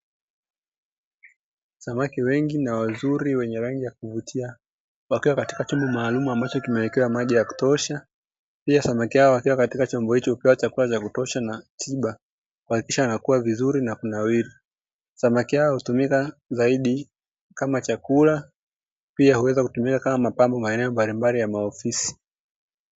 Samaki wengi na wazuri wenye rangi ya kuvutia, wakiwa katika chombo maalumu ambacho kimewekewa maji ya kutosha. Pia samaki hawa hupewa chakula cha kutosha na tiba, kuhakikisha wanakua vizuri na kunawiri. Samaki hawa hutumika zaidi kama chakula pia huweza kutumika kama mapambo sehemu za maofisini.